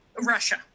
Russia